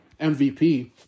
MVP